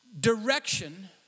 Direction